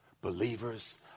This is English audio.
Believers